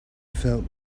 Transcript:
felt